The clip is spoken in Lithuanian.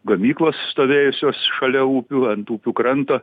gamyklos stovėjusios šalia upių ant upių kranto